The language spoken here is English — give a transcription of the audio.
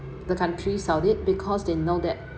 the country saudi because they know that